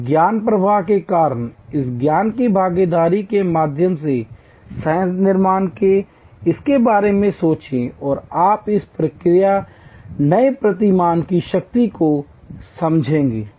इस ज्ञान प्रवाह के कारण इस ज्ञान की भागीदारी के माध्यम से सह निर्माण इसके बारे में सोचें और आप इस नए प्रतिमान की शक्ति को समझेंगे